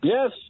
Yes